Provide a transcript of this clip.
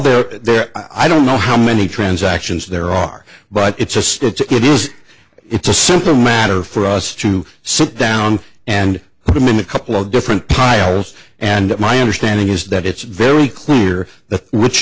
they're there i don't know how many transactions there are but it's a stitch it is it's a simple matter for us to sit down and put them in a couple of different piles and my understanding is that it's very clear that rich